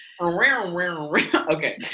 Okay